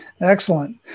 Excellent